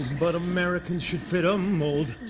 but americans should fit a mold.